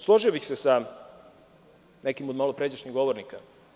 Složio bih se sa nekim od malopređašnjih govornika.